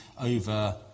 over